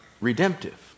redemptive